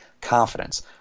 Confidence